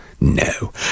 no